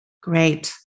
Great